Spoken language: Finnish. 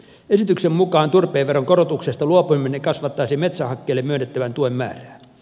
esityksen mukaan turpeen veronkorotuksesta luopuminen kasvattaisi metsähakkeelle myönnettävän tuen määrää